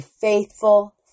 faithful